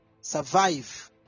survive